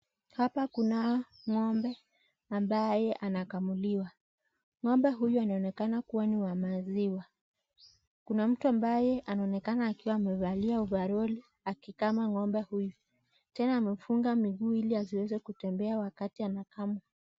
Hapa kuna ng'ombe ambaye anakamuliwa . Ng'ombe huyu anaonekana kuwa ni wa maziwa . Kuna mtu ambaye anaonekana akiwa amevalia ovaroli akikama ng'ombe huyu . Tena amefunga miguu ili asiweze kutembea wakati anakama.